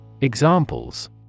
Examples